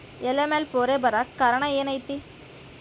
ಎಲೆ ಮ್ಯಾಲ್ ಪೊರೆ ಬರಾಕ್ ಕಾರಣ ಏನು ಐತಿ?